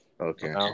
okay